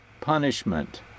punishment